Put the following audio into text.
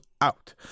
out